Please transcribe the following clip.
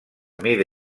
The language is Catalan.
mida